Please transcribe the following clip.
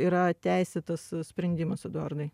yra teisėtas sprendimas eduardai